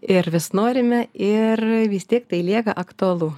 ir vis norime ir vis tiek tai lieka aktualu